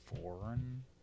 foreign